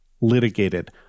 Litigated